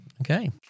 Okay